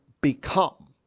become